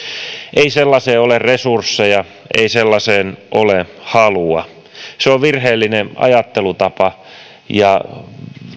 ei sellaiseen ole resursseja ei sellaiseen ole halua se on virheellinen ajattelutapa ja